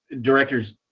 director's